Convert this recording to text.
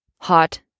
Hot